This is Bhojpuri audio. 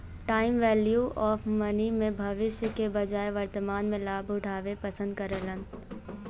टाइम वैल्यू ऑफ़ मनी में भविष्य के बजाय वर्तमान में लाभ उठावे पसंद करेलन